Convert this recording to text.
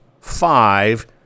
five